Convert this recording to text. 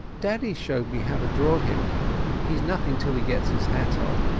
daddy showed me how to draw him he's nothing till he gets his hat on.